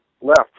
left